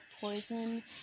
poison